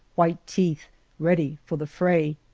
white teeth ready for the fray!